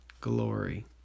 glory